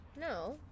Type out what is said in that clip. No